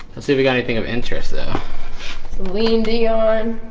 and see if we got anything of interest though lean beyond